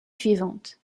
suivantes